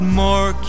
more